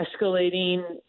escalating